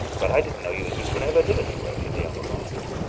but i didn't know you englishmen ever did any work, in the upper classes.